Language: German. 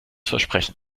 versprechen